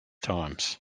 times